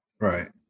Right